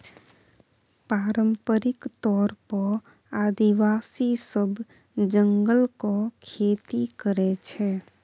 पारंपरिक तौर पर आदिवासी सब जंगलक खेती करय छै